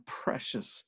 precious